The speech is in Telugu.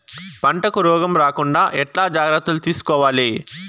పంటకు రోగం రాకుండా ఎట్లా జాగ్రత్తలు తీసుకోవాలి?